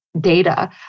data